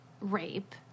rape